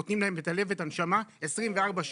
נותנים להם את הלב ואת הנשמה 24 שעות,